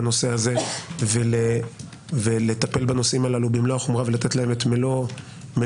בנושא הזה ולטפל בנושאים הללו במלוא החומרה ולתת להם את מלוא העדיפות.